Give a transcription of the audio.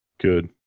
good